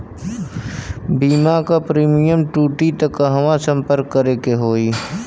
बीमा क प्रीमियम टूटी त कहवा सम्पर्क करें के होई?